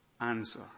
Answer